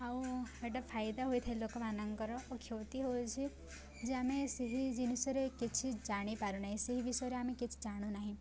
ଆଉ ଏଇଟା ଫାଇଦା ହୋଇଥାଏ ଲୋକମାନଙ୍କର ଓ କ୍ଷତି ହଉଛି ଯେ ଆମେ ସେହି ଜିନିଷରେ କିଛି ଜାଣିପାରୁନାହିଁ ସେହି ବିଷୟରେ ଆମେ କିଛି ଜାଣୁନାହିଁ